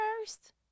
first